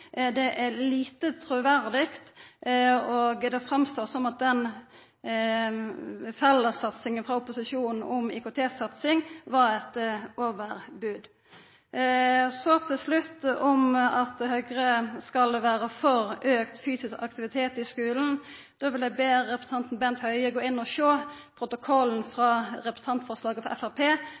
Det er lite truverdig, og det framstår som at den fellessatsinga frå opposisjonen på IKT var eit overbod. Så til slutt om at Høgre skal vera for auka fysisk aktivitet i skulen. Då vil eg be representanten Bent Høie gå inn og sjå i protokollen i samband med representantforslaget frå